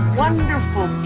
wonderful